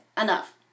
enough